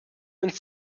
uns